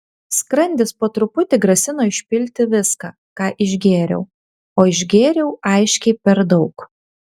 skrandis po truputį grasino išpilti viską ką išgėriau o išgėriau aiškiai per daug